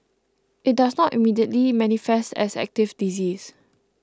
it does not immediately manifest as active disease